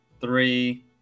three